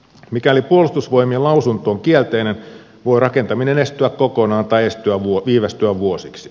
mikäli puolustusvoimien lausunto on kielteinen voi rakentaminen estyä kokonaan tai viivästyä vuosiksi